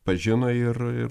pažino ir ir